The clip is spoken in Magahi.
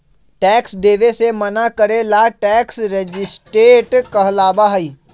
टैक्स देवे से मना करे ला टैक्स रेजिस्टेंस कहलाबा हई